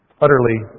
Utterly